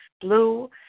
blue